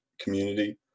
community